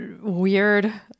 weird